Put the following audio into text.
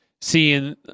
seeing